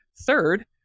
Third